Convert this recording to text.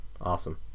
Awesome